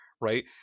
right